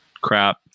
crap